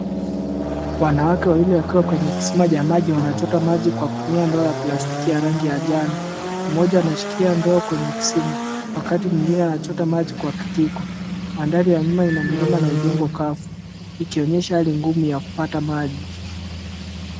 Wanawake wawili wakiwa kwenye kisima cha maji, wanachota maji kwa kutumia ndoo ya plastiki ya rangi ya njano. Mmoja anashikilia ndoo kwenye kisima, wakati mwingine anachota maji kwa kijiko. Mandhari ya nyuma ina milima na udongo mkavu, ikionyesha hali ngumu ya kupata maji.